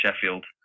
Sheffield